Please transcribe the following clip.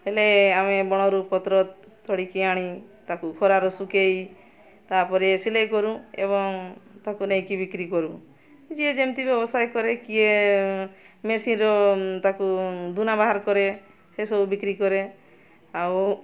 ହେଲେ ଆମେ ବଣରୁ ପତ୍ର ତୋଳିକିକି ଆଣି ତାକୁ ଖରାର ଶୁଖାଇ ତା'ପରେ ସିଲେଇ କରୁ ଏବଂ ତାକୁ ନେଇକି ବିକ୍ରି କରୁ ଯିଏ ଯେମିତି ବ୍ୟବସାୟ କରେ କିଏ ମେସିନ୍ର ତାକୁ ଦୁନା ବାହାର କରେ ସେସବୁ ବିକ୍ରି କରେ ଆଉ